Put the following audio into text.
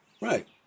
Right